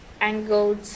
angled